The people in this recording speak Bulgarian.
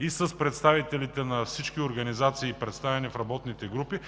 и с представителите на всички организации, представени в работните групи,